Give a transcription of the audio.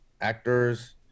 actors